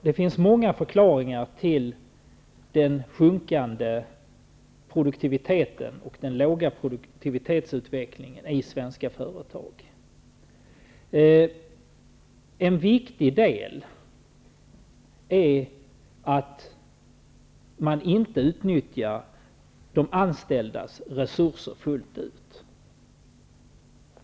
Det finns många förklaringar till den sjunkande produktiviteten och den låga produktivitetsutvecklingen i svenska företag. En viktig del är att man inte fullt ut utnyttjar de anställdas resurser.